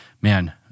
man